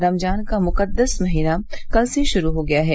रमजान का मुकद्दर्स महीना कल से शुरू हो गया है